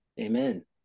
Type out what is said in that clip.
Amen